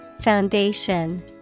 Foundation